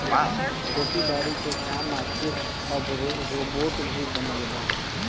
खेती बारी के काम खातिर अब रोबोट भी बनल बा